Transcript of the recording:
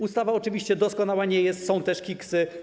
Ustawa oczywiście doskonała nie jest, są też kiksy.